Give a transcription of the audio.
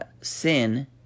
sin